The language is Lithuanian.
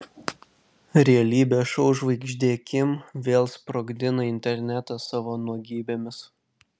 realybės šou žvaigždė kim vėl sprogdina internetą savo nuogybėmis